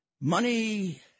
money